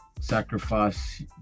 sacrifice